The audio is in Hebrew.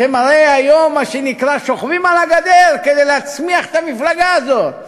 אתם הרי היום מה שנקרא "שוכבים על הגדר" כדי להצמיח את המפלגה הזאת.